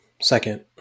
second